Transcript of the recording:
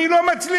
אני לא מצליח,